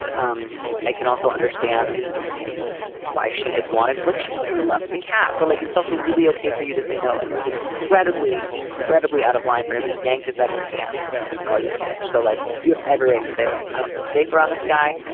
um i can also understand why she had wanted which she clearly loved the cat. but like it's also really okay for you to say no. and it was incredibly, incredibly out of line for him to yank this out of your hands and call you a bitch. so like you have every right to say it. like i don't feel safe around this guy.